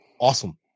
awesome